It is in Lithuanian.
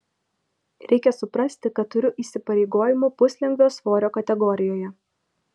reikia suprasti kad turiu įsipareigojimų puslengvio svorio kategorijoje